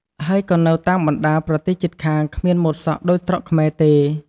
ហើយក៏នៅតាមបណ្តាប្រទេសជិតខាងគ្មានម៉ូតសក់ដូចស្រុកខ្មែរទេ។